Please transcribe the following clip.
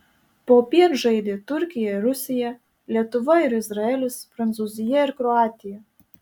popiet žaidė turkija ir rusija lietuva ir izraelis prancūzija ir kroatija